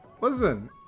Listen